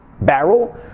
barrel